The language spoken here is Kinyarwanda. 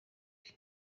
bwe